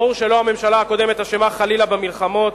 ברור שלא הממשלה הקודמת אשמה חלילה במלחמות,